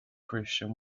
christian